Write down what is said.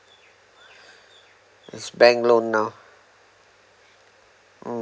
this bank loan now hmm